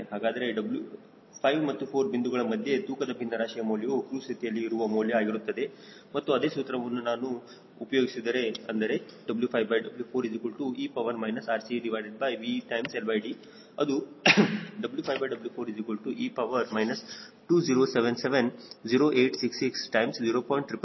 ಹಾಗಾದರೆ 5 ಮತ್ತು 4 ಬಿಂದುಗಳ ಮಧ್ಯೆ ತೂಕದ ಬಿನ್ನರಾಶಿಯ ಮೌಲ್ಯವು ಕ್ರೂಜ್ ಸ್ಥಿತಿಯಲ್ಲಿ ಇರುವ ಮೌಲ್ಯ ಆಗಿರುತ್ತದೆ ಮತ್ತು ಅದೇ ಸೂತ್ರವನ್ನು ನಾವು ಉಪಯೋಗಿಸಿದರೆ ಅಂದರೆ W5W4e RCVLD ಅದು W5W4e 207708660